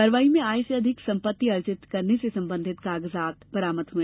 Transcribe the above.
कार्यवाही में आय से अधिक संपत्ति अर्जित करने से संबंधित कागजात बरामद हुए